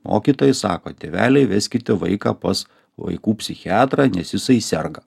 mokytojai sako tėveliai veskite vaiką pas vaikų psichiatrą nes jisai serga